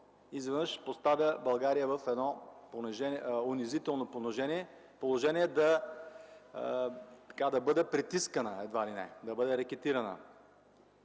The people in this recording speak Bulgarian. изведнъж поставя България в едно унизително положение да бъде притискана едва ли не, да бъде рекетирана.